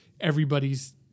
everybody's